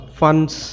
funds